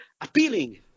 appealing